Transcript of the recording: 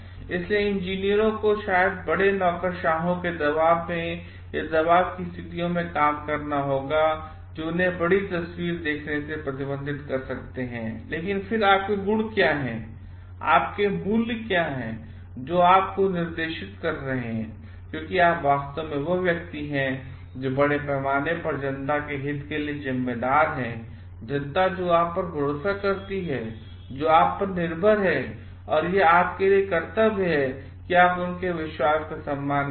इसलिए इंजीनियरों को शायदबड़े नौकरशाहों के दबाव में और दबाव की स्थितियों मेंकामकरना होगा जो उन्हें बड़ी तस्वीर देखने के लिए प्रतिबंधित कर सकते हैं लेकिन फिर आपकेगुणक्या हैं आपके मूल्य क्या हैं जो आपको निर्देशित कर रहे हैं क्योंकि आप वास्तव में वह व्यक्ति हैं जो बड़े पैमाने पर जनता के हित के लिए जिम्मेदार हैं जनता जो आप पर भरोसा करती है जो आप पर निर्भर हैं और यह आपके लिए एक कर्तव्य है कि आप उनके विश्वास का सम्मान करें